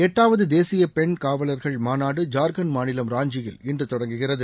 எட்டாவது தேசிய பெண் காவலர்கள் மாநாடு ஜார்கண்ட் மாநிலம் ராஞ்சியில் இன்று தொடங்குகிறது